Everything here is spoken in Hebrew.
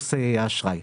לגיוס האשראי: